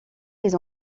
les